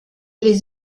les